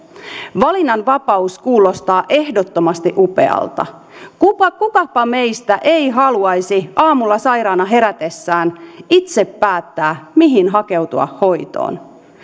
valinnanvapaus kuulostaa ehdottomasti upealta kukapa kukapa meistä ei haluaisi aamulla sairaana herätessään itse päättää mihin hakeutua hoitoon